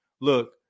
look